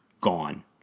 gone